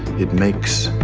it makes